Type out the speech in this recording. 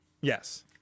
Yes